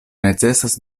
necesas